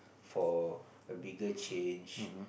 for a bigger change